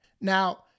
Now